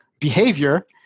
behavior